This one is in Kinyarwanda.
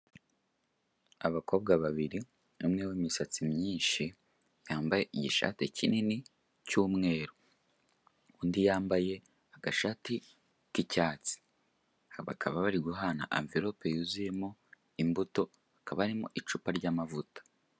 Abakobwa babiri, umwe w'imisatsi myinshi, yambaye igishati kinini cy'umweru, undi yambaye agashati k'icyatsi. Bakaba bari guhana amverope yuzuyemo imbuto, hakaba harimo icupa ry'amavuta.